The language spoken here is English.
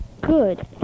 Good